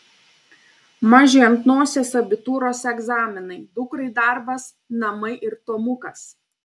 mažiui ant nosies abitūros egzaminai dukrai darbas namai ir tomukas